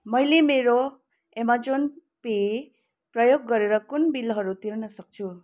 मैले मेरो Amazon Pay प्रयोग गरेर कुन बिलहरू तिर्न सक्छु